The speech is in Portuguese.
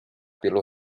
pelo